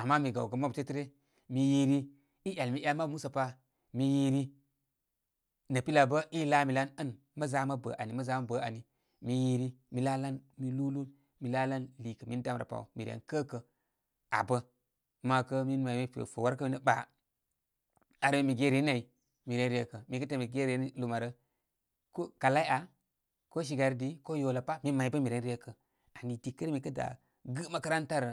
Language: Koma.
ama mi gawgan mabu tebartən' ryə, mi yiri, i' 'yal mi 'yan mabu musəpa, mi yiri nə' pilya bə i laa mi lan ən mə' za mə' bə' ani, mə za mə' bə ani. mi yiri mi laalan. Mi lūūlūn mi laalan liikə' min may mi pe fo' warkə' minə ɓa', ar min mi ge renini ay miren rekə'. Mi kə tā'ā' min mi ge reni lūma rə ko kalai, aa, ko shigari di, ko yola pa' min may bə' mir en rekə. ani dikə ryə mi kə' dā gɨ makaranta rə.